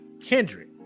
Kendrick